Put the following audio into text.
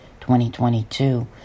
2022